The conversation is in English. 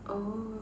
oh